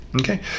okay